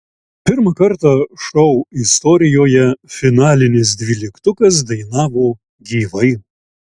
pirmą kartą šou istorijoje finalinis dvyliktukas dainavo gyvai